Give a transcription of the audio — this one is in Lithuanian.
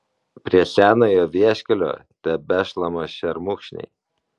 prie senojo vieškelio tebešlama šermukšniai